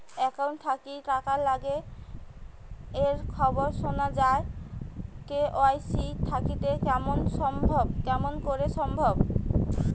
Account থাকি টাকা গায়েব এর খবর সুনা যায় কে.ওয়াই.সি থাকিতে কেমন করি সম্ভব?